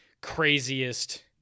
craziest